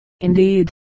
indeed